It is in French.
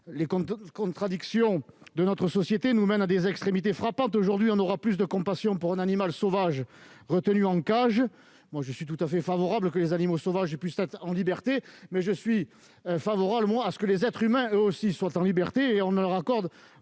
Les contradictions de notre société nous mènent à des extrémités frappantes : aujourd'hui, on aura de la compassion pour un animal sauvage retenu en cage. Je suis tout à fait favorable à ce que les animaux sauvages retrouvent la liberté, mais je suis surtout favorable à ce que les êtres humains puissent vivre en liberté ; or on leur accorde